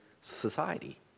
society